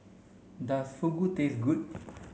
does Fugu taste good